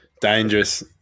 Dangerous